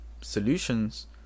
solutions